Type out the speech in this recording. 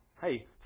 Hey